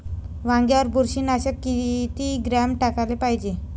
वांग्यावर बुरशी नाशक किती ग्राम टाकाले पायजे?